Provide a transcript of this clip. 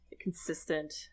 consistent